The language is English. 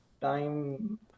time